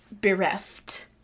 bereft